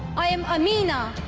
i am amina.